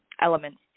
elements